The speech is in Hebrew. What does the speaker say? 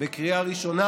בקריאה ראשונה,